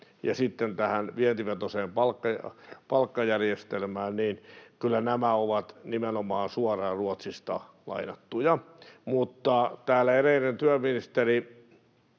ja sitten tähän vientivetoiseen palkkajärjestelmään kyllä ovat nimenomaan suoraan Ruotsista lainattuja. Täällä edellinen työministeri